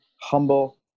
humble